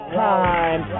time